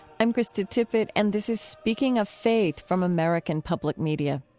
i'm krista tippett, and this is speaking of faith from american public media.